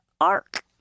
arc